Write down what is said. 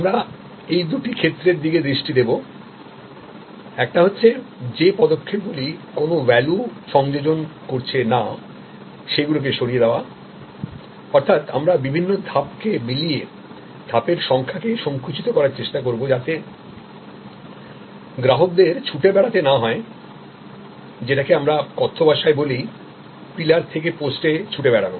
আমরা এই দুটি ক্ষেত্রের দিকে দৃষ্টি দেবো একটি হচ্ছেযে পদক্ষেপগুলি কোন ভ্যালুসংযোজন করছে না সে গুলোকে সরিয়ে দেওয়া অর্থাৎ আমরা বিভিন্ন ধাপ কে মিলিয়ে ধাপের সংখ্যাকে কম করার চেষ্টা করব যাতে গ্রাহকদের ছুটে বেড়াতে না হয় যেটাকে আমরা কথ্য ভাষায় বলি পিলার থেকে পোস্টে ছুটে বেড়ানো